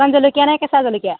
কন জলকীয়ানে কেঁচা জলকীয়া